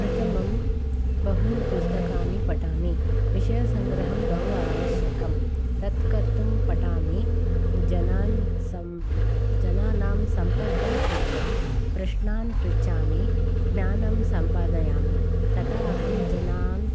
प्रथमं बहूनि पुस्तकानि पठामि विषयसङ्ग्रहम् आवश्यकं तत्कर्तुं पठामि जनान् सं जनानां सम्पर्कं कृत्वा प्रश्नान् पृच्छामि ज्ञानं सम्पादयामि तत अहं जनान्